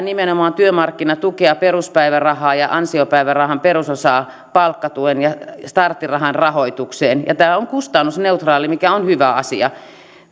nimenomaan työmarkkinatukea peruspäivärahaa ja ansiopäivärahan perusosaa palkkatuen ja starttirahan rahoitukseen tämä on kustannusneutraali mikä on hyvä asia